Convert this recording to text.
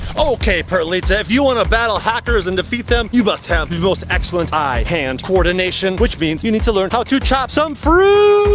okay perlita, if you want to battle hackers and defeat them, you must have the most excellent eye hand coordination which means you need to learn how to chop some fruit.